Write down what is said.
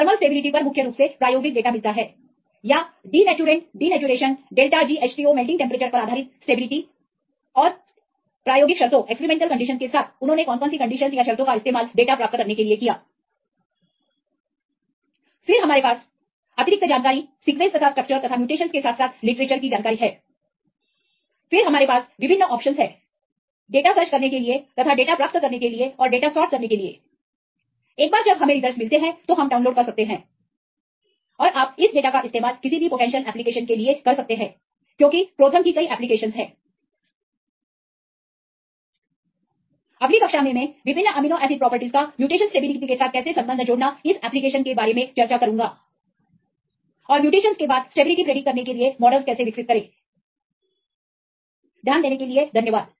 thermal stability पर मुख्य रूप से प्रायोगिक डेटा मिलता है या denaturant denaturation delta GH20 melting temperature पर आधारित स्टेबिलिटी और प्रायोगिक शर्तों के साथ उन्होंने कौन सी शर्तों का इस्तेमाल डेटा प्राप्त करने के लिए किया फिर हमारे पास पक्षपाती अतिरिक्त जानकारी सिक्वेंस तथा स्ट्रक्चर तथा म्यूटेशन के साथ साथ लिटरेचर की जानकारी है फिर हमारे पास विभिन्न ऑप्शनस है डेटा सर्च करने के लिए तथा डेटा प्राप्त करने के लिए और डेटा सार्ट करने के लिए एक बार जब हमें रिजल्टस मिलते हैं तो हम डाउनलोड कर सकते हैं और आप इस डेटा का इस्तेमाल किसी भी पोटेंशियल एप्लीकेशंस के लिए कर सकते हैं क्योंकि प्रोथर्म की कई एप्लीकेशनस है In the next class I will discuss one of the applications how to relate different amino acid properties to a stability of the mutations and the models to predict the stability upon mutations अगली कक्षा में मैं विभिन्न amino acid properties का mutation stability के साथ कैसे संबंध जोड़ना इस एप्लीकेशनस के बारे में चर्चा करूंगा और म्यूटेशनस के बाद स्टेबिलिटी प्रिडिक्ट करने के लिए मॉडलस कैसे विकसित करें ध्यान देने के लिए धन्यवाद